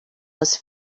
was